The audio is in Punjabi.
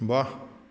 ਵਾਹ